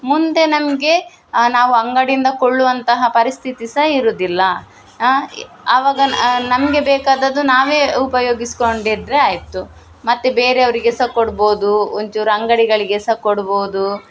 ಮುಂದೆ ನಮಗೆ ನಾವು ಅಂಗಡಿಯಿಂದ ಕೊಳ್ಳುವಂತಹ ಪರಿಸ್ಥಿತಿ ಸಹ ಇರುವುದಿಲ್ಲ ಅವಾಗ ನಮಗೆ ಬೇಕಾದದ್ದು ನಾವೇ ಉಪಯೋಗಿಸ್ಕೊಂಡಿದ್ದರೆ ಆಯಿತು ಮತ್ತು ಬೇರೆ ಅವರಿಗೆ ಸಹ ಕೊಡ್ಬೋದು ಒಂಚೂರು ಅಂಗಡಿಗಳಿಗೆ ಸಹ ಕೊಡ್ಬೋದು